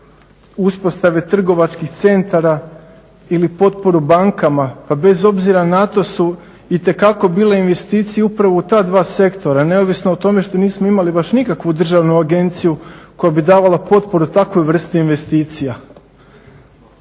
uspostave trgovačkih centara ili potporu bankama, pa bez obzira na to su itekako bile investicije upravo u ta dva sektora neovisno o tome što nismo imali baš nikakvu državnu agenciju koja bi davala potporu takvoj vrsti investicija.